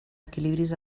equilibris